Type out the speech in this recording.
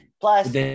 Plus